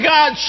God